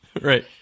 right